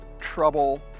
trouble